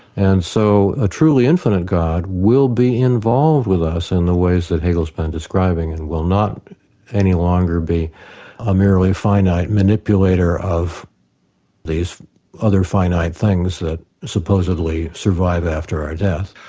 and so a truly infinite god will be involved with us in the ways that hegel's been describing, and will not any longer be a merely finite manipulator of these other finite things that supposedly survive after our death.